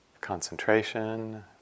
concentration